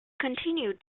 continued